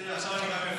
אם יעלה לכאן רב מכובד,